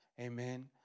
Amen